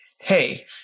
hey